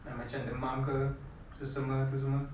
like macam demam ke selesema itu semua